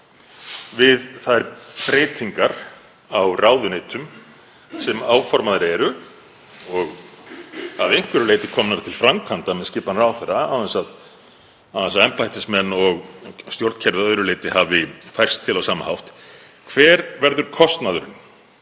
við þær breytingar á ráðuneytum sem áformaðar eru og eru að einhverju leyti komnar til framkvæmda með skipan ráðherra án þess að embættismenn og stjórnkerfið hafi að öðru leyti færst til á sama hátt? Hver verður kostnaðurinn